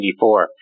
1994